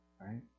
Right